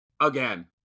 again